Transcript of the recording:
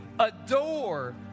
Adore